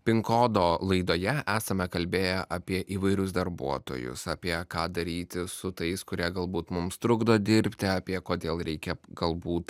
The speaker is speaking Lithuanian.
pin kodo laidoje esame kalbėję apie įvairius darbuotojus apie ką daryti su tais kurie galbūt mums trukdo dirbti apie kodėl reikia galbūt